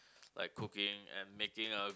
like cooking and making a